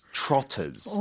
trotters